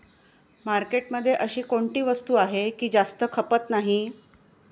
मार्केटमध्ये अशी कोणती वस्तू आहे की जास्त खपत नाही?